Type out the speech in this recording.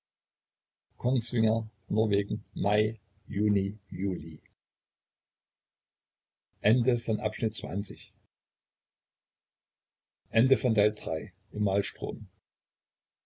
norwegen mai juni